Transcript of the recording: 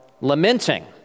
lamenting